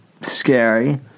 scary